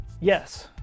Yes